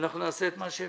ואנחנו נעשה את מה שאפשר.